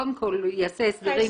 קודם כול יעשה הסדרים.